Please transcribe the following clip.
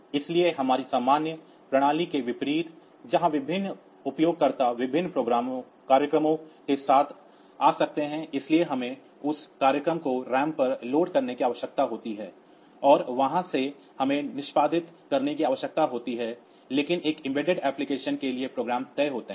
इसलिए हमारी सामान्य प्रणाली के विपरीत जहां विभिन्न उपयोगकर्ता विभिन्न प्रोग्रामों के साथ आ सकते हैं इसलिए हमें उस प्रोग्रामों को रैम पर लोड करने की आवश्यकता होती है और वहां से हमें निष्पादित करने की आवश्यकता होती है लेकिन एक एम्बेडेड एप्लिकेशन के लिए प्रोग्राम तय होते हैं